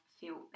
feel